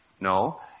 No